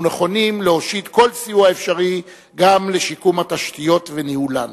אנחנו נכונים להושיט כל סיוע אפשרי גם בשיקום התשתיות וניהולן.